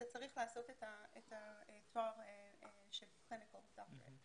אתה צריך לעשות את התואר של לימודי בריאות.